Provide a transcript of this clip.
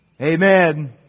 Amen